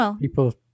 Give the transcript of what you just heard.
people-